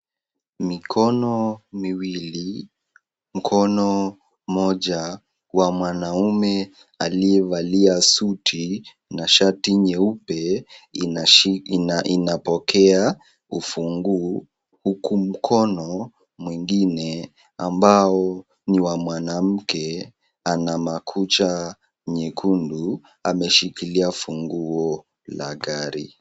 Mikono miwili mkono mmoja wa mwanaume aliyevalia suti na shati nyeupe ina pokea ufunguo huku mkono mwingine ambao ni wa mwanamke ana makucha nyekundu ameshikilia funguo la gari.